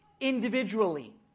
individually